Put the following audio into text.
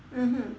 mmhmm